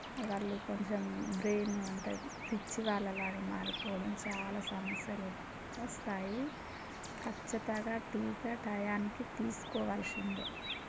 వాళ్ళు కొంచెం బ్రెయిన్ అంట పిచ్చివాళ్ళ లాగా మారిపోవడం చాలా సమస్యలు వ్ వస్తాయి ఖచ్చితంగా టీకా టయానికి తీసుకోవాల్సిషిందే